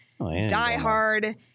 diehard